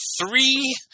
three